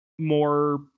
more